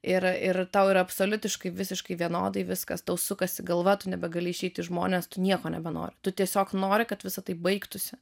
ir ir tau yra absoliutiškai visiškai vienodai viskas tau sukasi galva tu nebegali išeiti į žmones tu nieko nebenori tu tiesiog nori kad visa tai baigtųsi